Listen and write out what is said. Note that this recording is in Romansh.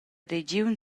regiun